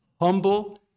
humble